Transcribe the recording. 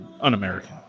un-American